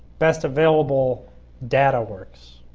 best available data works.